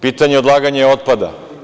Pitanje odlaganja otpada.